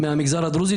מהמגזר הדרוזי,